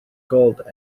called